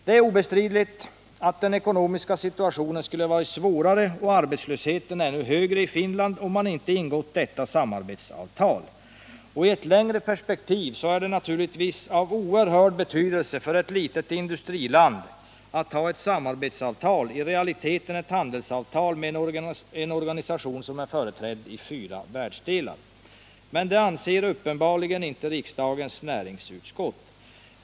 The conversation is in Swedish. Det är obestridligt att den ekonomiska situationen i Finland skulle ha varit svårare och arbetslösheten ännu högre, om man inte ingått detta samarbetsavtal. I ett längre perspektiv är det naturligtvis av oerhörd betydelse för ett litet industriland att ha ett samarbetsavtal — i realiteten ett handelsavtal — med en organisation som är företrädd i fyra världsdelar. Men det anser uppenbarligen inte riksdagens näringsutskott.